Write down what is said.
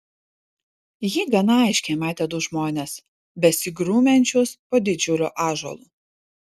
ji gana aiškiai matė du žmones besigrumiančius po didžiuliu ąžuolu